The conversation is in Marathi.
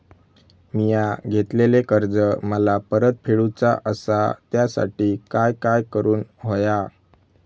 मिया घेतलेले कर्ज मला परत फेडूचा असा त्यासाठी काय काय करून होया?